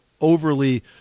overly